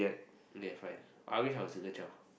okay fine I wish I was a single child